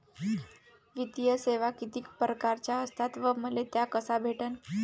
वित्तीय सेवा कितीक परकारच्या असतात व मले त्या कशा भेटन?